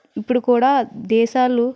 ఇప్పుడు కూడా దేశాలు